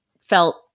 felt